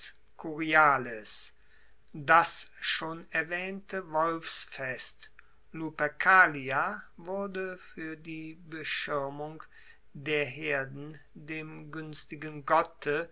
das schon erwaehnte wolfsfest lupercalia wurde fuer die beschirmung der herden dem guenstigen gotte